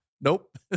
Nope